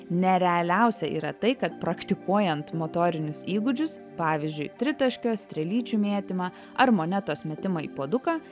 nerealiausia yra tai kad praktikuojant motorinius įgūdžius pavyzdžiui tritaškio strėlyčių mėtymą ar monetos metimą į puoduką